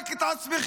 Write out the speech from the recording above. רק את עצמכם,